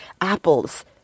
apples